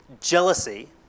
jealousy